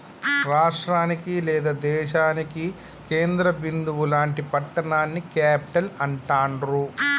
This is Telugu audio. రాష్టానికి లేదా దేశానికి కేంద్ర బిందువు లాంటి పట్టణాన్ని క్యేపిటల్ అంటాండ్రు